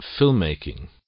filmmaking